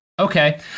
Okay